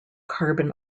carbon